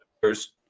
first